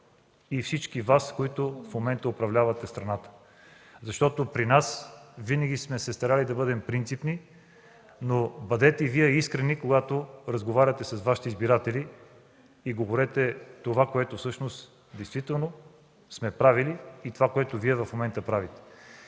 и всички Вас, които в момента управлявате страната. Ние винаги сме се старали да бъдем принципни. Бъдете и Вие искрени, когато разговаряте с Вашите избиратели – говорете за това, което действително сме правили и за това, което Вие в момента правите.